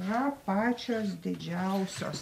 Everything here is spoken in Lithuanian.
yra pačios didžiausios